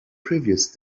previous